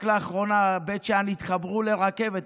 רק לאחרונה בית שאן התחברו לרכבת,